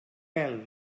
pèl